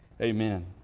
Amen